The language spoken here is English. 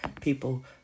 people